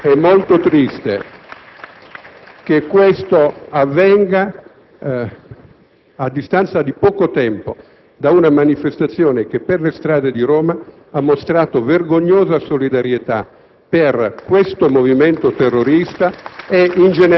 È molto triste che questo avvenga a distanza di poco tempo da una manifestazione che per le strade di Roma ha mostrato vergognosa solidarietà